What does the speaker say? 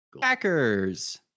Packers